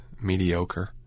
mediocre